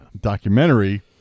documentary